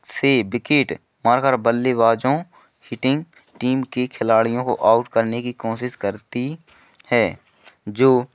से विकेट मारकर बल्ला बल्लेबाजों फिटिंग टीम के खिलाड़ियों को आउट करने की कोशिश करती है जो